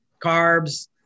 carbs